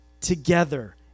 together